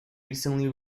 recently